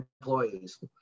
employees